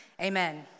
Amen